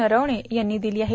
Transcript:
नरवणे यांनी दिली आहे